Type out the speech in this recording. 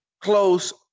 close